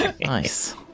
Nice